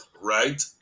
right